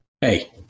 Hey